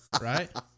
right